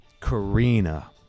Karina